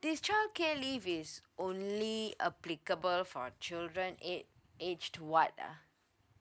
this childcare leave is only applicable for children age age to what ah